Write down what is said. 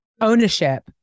ownership